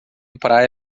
praia